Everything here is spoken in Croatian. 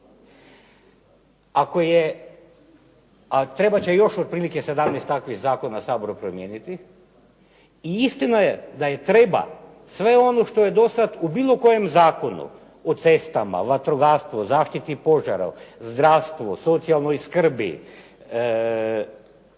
a trebat će još otprilike 17 takvih zakona u Saboru promijeniti i istina je da i treba sve ono što je do sada u bilo kojem zakonu o cestama, vatrogastvo zaštiti od požara, zdravstvo, socijalnoj skrbi,